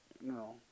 no